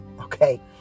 okay